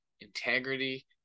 integrity